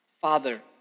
Father